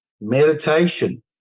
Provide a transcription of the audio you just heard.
meditation